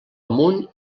amunt